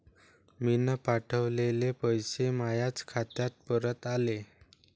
मीन पावठवलेले पैसे मायाच खात्यात परत आले